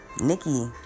Nikki